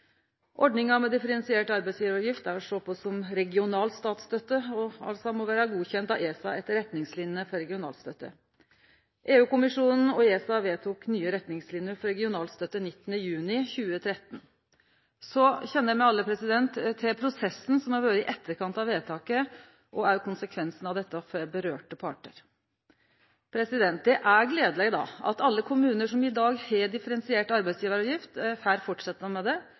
Ordninga med differensiert arbeidsgjevaravgift er å sjå på som regional statsstøtte, og må vere godkjent av ESA etter retningslinene for regionalstøtte. EU-kommisjonen og ESA vedtok nye retningsliner for regionalstøtte 19. juni 2013. Så kjenner me alle til prosessen som har vore i etterkant av vedtaket, og òg konsekvensen av dette for dei partane det gjeld. Det er gledeleg at alle kommunar som i dag har differensiert arbeidsgjevaravgift, får halde fram med det,